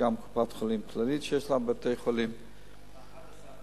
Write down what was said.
יש גם קופת-חולים כללית,